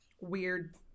weird